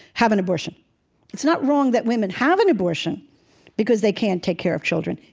have an abortion it's not wrong that women have an abortion because they can't take care of children,